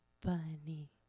Bunny